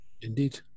Indeed